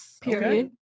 Period